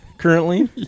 currently